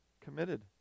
committed